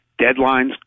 deadlines